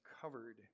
covered